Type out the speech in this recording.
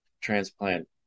transplant